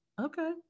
Okay